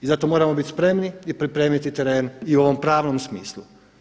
I zato moramo biti spremni i pripremiti teren i u ovom pravnom smislu.